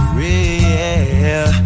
real